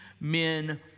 men